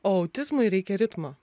o autizmui reikia ritmo